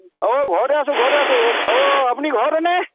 অ' ঘৰতে আছোঁ ঘৰতে আছোঁ অ' আপুনি ঘৰতে নে